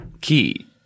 key